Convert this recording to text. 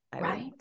right